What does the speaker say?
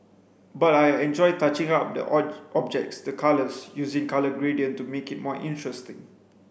but I enjoy touching up the objects the colours using colour gradient to make it more interesting